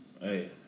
hey